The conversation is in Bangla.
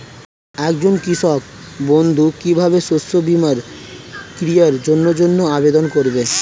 একজন কৃষক বন্ধু কিভাবে শস্য বীমার ক্রয়ের জন্যজন্য আবেদন করবে?